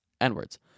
N-words